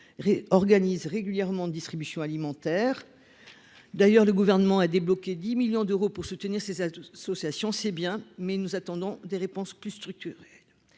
organisent régulièrement des distributions alimentaires ; le Gouvernement a d'ailleurs débloqué 10 millions d'euros pour soutenir leur action. C'est bien, mais nous attendons des réponses plus structurelles